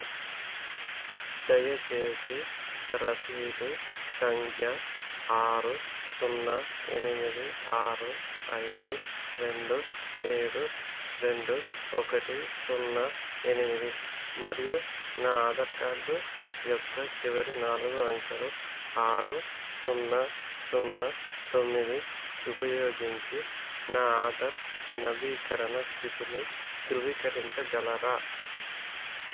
దయచేసి రసీదు సంఖ్య ఆరు సున్నా ఎనిమిది ఆరు ఐదు రెండు ఏడు రెండు ఒకటి సున్నా ఎనిమిది మరియు నా ఆధార్ కార్డు యొక్క చివరి నాలుగు అంకెలు ఆరు సున్నా సున్నా తొమ్మిది ఉపయోగించి నా ఆధార్ నవీకరణ స్థితిని ధృవీకరించగలరా